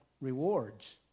rewards